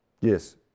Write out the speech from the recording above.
Yes